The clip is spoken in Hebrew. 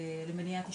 למניעת אשפוז.